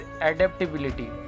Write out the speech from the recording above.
adaptability